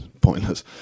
Pointless